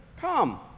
Come